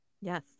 Yes